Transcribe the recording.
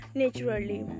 naturally